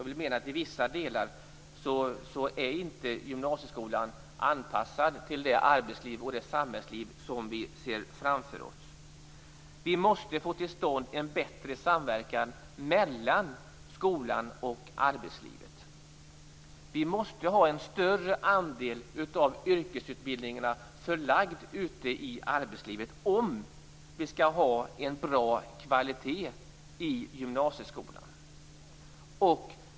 Vi menar att gymnasieskolan i vissa delar inte är anpassad till det arbetsliv och det samhällsliv som vi ser framför oss. Vi måste få till stånd en bättre samverkan mellan skolan och arbetslivet. Vi måste ha en större andel av yrkesutbildningen förlagd ute i arbetslivet om vi skall ha en god kvalitet i gymnasieskolan.